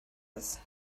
ist